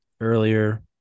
earlier